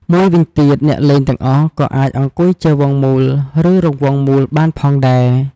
មួយវិញទៀត អ្នកលេងទាំងអស់ក៏អាចអង្គុយជា វង់មូល ឬរង្វង់មូលបានផងដែរ។